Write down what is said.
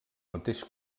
mateix